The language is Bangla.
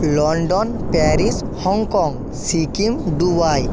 London Paris Hong Kong Sikkim Dubai